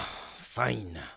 Fine